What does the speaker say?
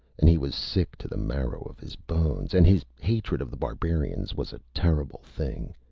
and he was sick to the marrow of his bones, and his hatred of the barbarians was a terrible thing.